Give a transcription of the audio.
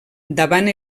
davant